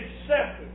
accepted